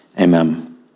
Amen